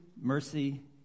mercy